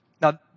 Now